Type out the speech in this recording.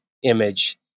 Image